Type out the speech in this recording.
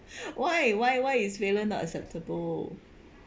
why why why is failure not acceptable